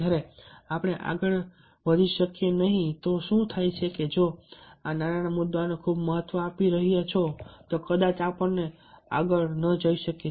જ્યારે આપણે આગળ વધી શકીએ નહીં તો શું થાય છે કે જો તમે આ નાના મુદ્દાઓને ખૂબ મહત્વ આપી રહ્યા છો તો કદાચ આપણે આગળ ન જઈ શકીએ